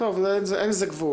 אין לזה גבול.